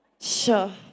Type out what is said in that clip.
Sure